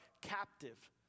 captive—